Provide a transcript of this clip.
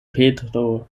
petro